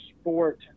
sport